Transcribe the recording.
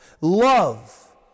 Love